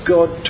God